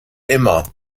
immer